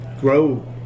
grow